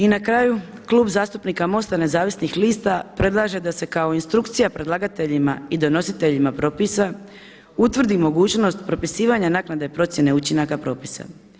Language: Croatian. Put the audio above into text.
I na kraju Klub zastupnika MOST-a nezavisnih lista predlaže da se kao instrukcija predlagateljima i donositeljima propisa utvrdi mogućnost propisivanja naknade procjene učinaka propisa.